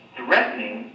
threatening